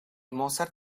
mozart